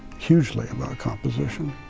hugely about a composition.